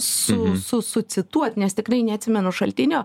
su su su cituot nes tikrai neatsimenu šaltinio